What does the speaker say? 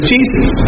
Jesus